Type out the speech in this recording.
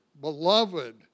Beloved